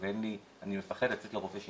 אני אגיד לך דבר אחד,